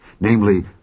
namely